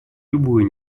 любую